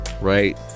right